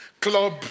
club